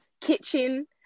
kitchen